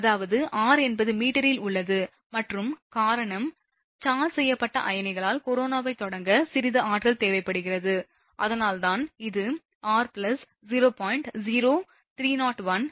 அதாவது r என்பது மீட்டரில் உள்ளது மற்றும் காரணம் சார்ஜ் செய்யப்பட்ட அயனிகளால் கொரோனாவைத் தொடங்க சிறிது ஆற்றல் தேவைப்படுகிறது அதனால்தான் இது r 0